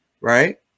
right